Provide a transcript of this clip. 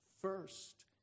first